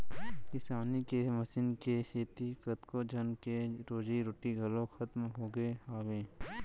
किसानी के मसीन के सेती कतको झन के रोजी रोटी घलौ खतम होगे हावय